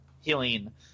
healing